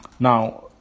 Now